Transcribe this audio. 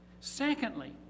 Secondly